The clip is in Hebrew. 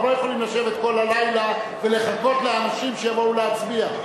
אנחנו לא יכולים לשבת כל הלילה ולחכות לאנשים שיבואו להצביע.